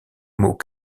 mot